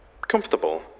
Comfortable